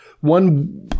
one